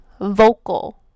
vocal